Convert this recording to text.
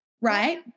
right